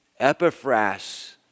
Epiphras